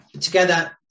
together